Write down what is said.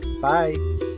Bye